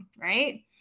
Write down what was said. right